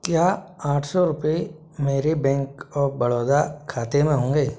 क्या आठ सौ रुपये मेरे बैंक ऑफ बड़ौदा खाते में होंगे